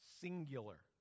singular